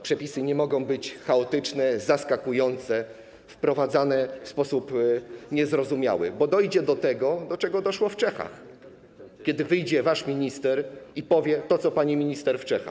Przepisy nie mogą być chaotyczne, zaskakujące, wprowadzane w sposób niezrozumiały, bo dojdzie do tego, do czego doszło w Czechach, w sytuacji kiedy wyjdzie wasz minister i powie to, co powiedziała pani minister w Czechach.